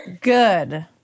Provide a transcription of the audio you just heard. Good